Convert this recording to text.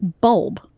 bulb